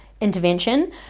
intervention